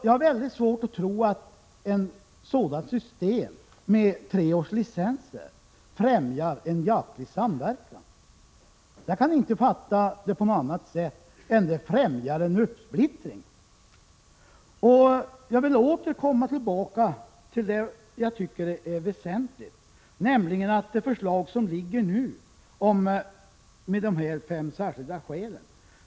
Jag har väldigt svårt att tro att ett sådant system med treårslicenser främjar en jaktlig samverkan. Det kan inte förstås på något annat sätt än att det främjar en uppsplittring. Jag kommer tillbaka till det väsentliga, nämligen det förslag som nu ligger om de fem särskilda skälen.